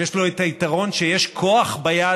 שיש לו את היתרון שיש לו כוח ביד,